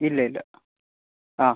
ഇല്ല ഇല്ല ആ